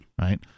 Right